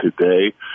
today